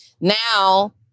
Now